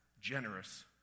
generous